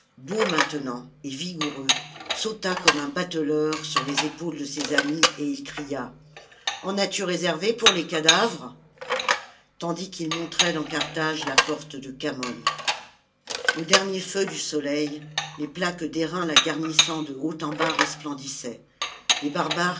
beau maintenant et vigoureux sauta comme un bateleur sur les épaules de ses amis et il cria en as-tu réservé pour les cadavres tandis qu'il montrait dans carthage la porte de khamon aux derniers feux du soleil les plaques d'airain la garnissant de haut en bas resplendissaient les barbares